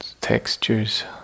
textures